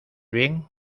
bien